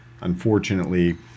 unfortunately